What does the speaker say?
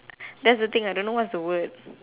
that's the thing I don't know what's the word